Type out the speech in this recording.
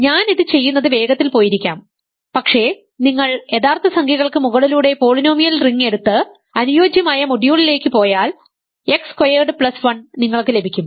ഞാൻ ഇത് ചെയ്യുന്നത് വേഗത്തിൽ പോയിരിക്കാം പക്ഷേ നിങ്ങൾ യഥാർത്ഥ സംഖ്യകൾക്ക് മുകളിലൂടെ പോളിനോമിയൽ റിംഗ് എടുത്ത് അനുയോജ്യമായ മൊഡ്യൂളിലേക്ക് പോയാൽ എക്സ് സ്ക്വയേർഡ് പ്ലസ് 1 നിങ്ങൾക്ക് ലഭിക്കും